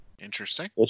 Interesting